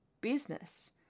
business